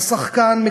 השחקן,